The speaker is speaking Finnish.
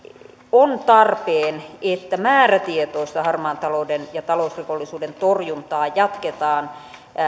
on tarpeen että määrätietoista harmaan talouden ja talousrikollisuuden torjuntaa jatketaan